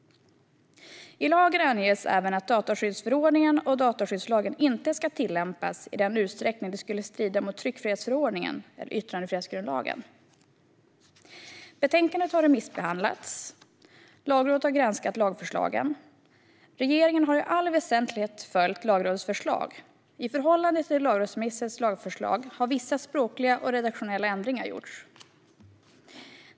I lagen anges även att dataskyddsförordningen och dataskyddslagen inte ska tillämpas i en utsträckning som skulle strida mot tryckfrihetsförordningen eller yttrandefrihetsgrundlagen. Betänkandet har remissbehandlats. Lagrådet har granskat lagförslagen. Regeringen har i allt väsentligt följt Lagrådets förslag. I förhållande till lagrådsremissens lagförslag har vissa språkliga och redaktionella ändringar gjorts.